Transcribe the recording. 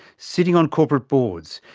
sitting on corporate boards,